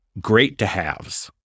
great-to-haves